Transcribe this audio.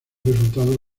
resultado